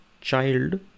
child